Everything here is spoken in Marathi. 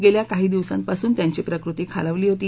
गेल्या काही दिवसांपासून त्यांची प्रकृती खालावली होती